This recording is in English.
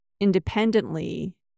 independently